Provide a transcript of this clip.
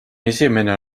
esimene